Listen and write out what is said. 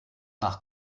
nach